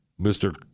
Mr